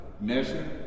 measure